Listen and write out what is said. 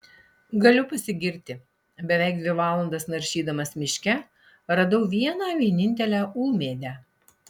galiu pasigirti beveik dvi valandas naršydamas miške radau vieną vienintelę ūmėdę